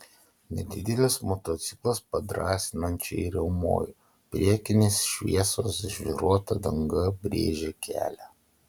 nedidelis motociklas padrąsinančiai riaumojo priekinės šviesos žvyruota danga brėžė kelią